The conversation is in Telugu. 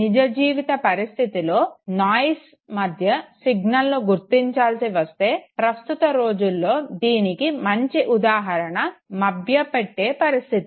నిజ జీవిత పరిస్థితిలో నాయిస్ మధ్య సిగ్నల్ను గుర్తించాల్సి వస్తే ప్రస్తుత రోజుల్లో దీనికి మంచి ఉదాహరణ మభ్యపెట్టే పరిస్థితి